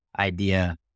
Idea